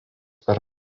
per